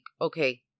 okay